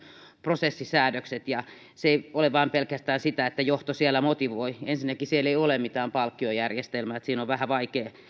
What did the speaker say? prosessisäädökset ja se ei ole vain pelkästään sitä että johto siellä motivoi ensinnäkään siellä ei ole mitään palkkiojärjestelmää niin että siinä on vähän vaikea